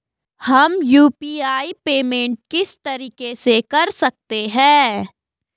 हम UPI payment किस तरीके से कर सकते हैं?